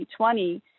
2020